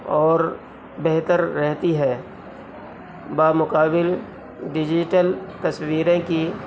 اور بہتر رہتی ہے بمقابل ڈیجیٹل تصویریں کی